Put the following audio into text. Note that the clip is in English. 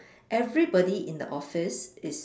everybody in the office is